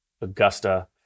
Augusta